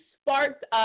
sparked